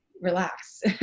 relax